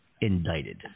indicted